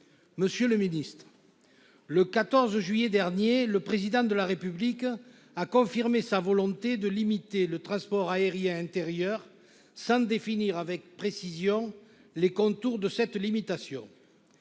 Monsieur le ministre, le 14 juillet dernier, le Président de la République a confirmé sa volonté de limiter le transport aérien intérieur, sans toutefois définir avec précision les contours de cette limitation.